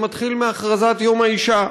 זה מתחיל מהכרזת יום האישה,